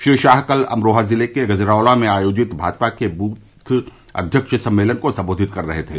श्री शाह कल अमरोहा जिले के गजरौला में आयोजित भाजपा के बूथ अध्यक्ष सम्मेलन को संबोधित कर रहे थे